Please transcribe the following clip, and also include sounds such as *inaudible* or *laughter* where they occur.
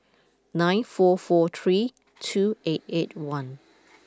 nine four four three two *noise* eight eight one